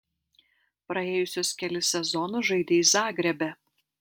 praėjusius kelis sezonus žaidei zagrebe